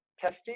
testing